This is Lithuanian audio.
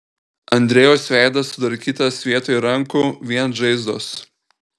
andrejaus veidas sudarkytas vietoj rankų vien žaizdos